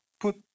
put